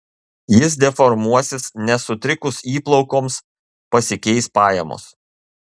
jis deformuosis nes sutrikus įplaukoms pasikeis pajamos